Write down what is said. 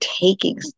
taking